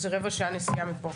שזה רבע שעה נסיעה מפה.